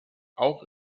auch